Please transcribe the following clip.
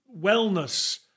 wellness